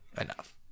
enough